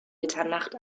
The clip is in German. mitternacht